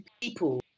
people